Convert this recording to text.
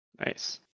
Nice